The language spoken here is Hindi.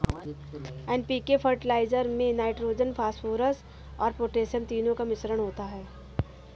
एन.पी.के फर्टिलाइजर में नाइट्रोजन, फॉस्फोरस और पौटेशियम तीनों का मिश्रण होता है